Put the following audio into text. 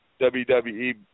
WWE